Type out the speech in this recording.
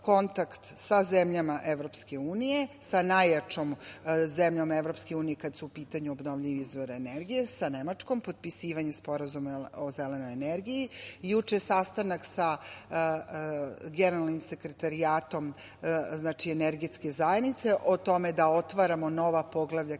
kontakt sa zemljama EU, sa najjačom zemljom EU kada su u pitanju obnovljivi izvori energije, sa Nemačkom, potpisivanje Sporazuma o zelenoj energiji. Juče sastanak sa generalnim Sekretarijatom Energetske zajednice, o tome da otvaramo nova poglavlja